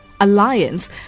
Alliance